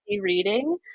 reading